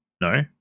no